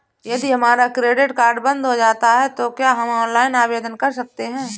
यदि हमारा credit card बंद हो जाता है तो क्या हम ऑनलाइन आवेदन कर सकते हैं?